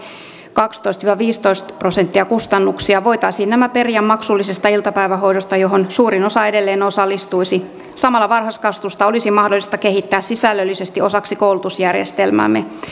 kaksitoista viiva viisitoista prosenttia kustannuksia voitaisiin nämä periä maksullisesta iltapäivähoidosta johon suurin osa edelleen osallistuisi samalla varhaiskasvatusta olisi mahdollista kehittää sisällöllisesti osaksi koulutusjärjestelmäämme